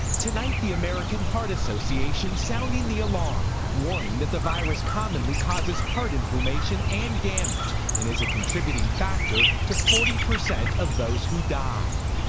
tonight the american heart association sounding the alarm, warning that the virus commonly causes heart inflammation and damage and is a contributing factor to forty percent of those who died.